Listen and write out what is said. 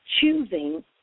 choosing